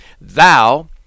Thou